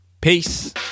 Peace